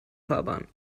fahrbahn